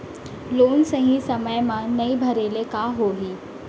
Loan सही समय मा नई भरे ले का होही?